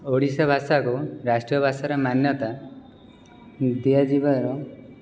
ଓଡ଼ିଶା ଭାଷାକୁ ରାଷ୍ଟ୍ରୀୟ ଭାଷାର ମାନ୍ୟତା ଦିଆଯିବାର